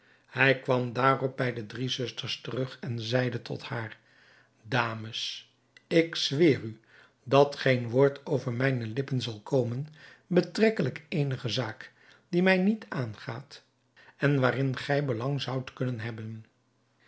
hij kwam daarop bij de drie zusters terug en zeide tot haar dames ik zweer u dat geen woord over mijne lippen zal komen betrekkelijk eenige zaak die mij niet aangaat en waarin gij belang zoudt kunnen hebben